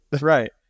right